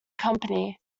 company